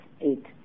eight